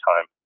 time